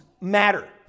matter